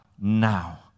now